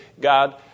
God